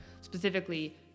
specifically